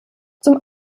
zum